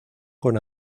con